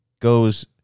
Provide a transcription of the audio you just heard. goes